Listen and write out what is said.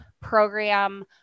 program